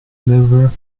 liver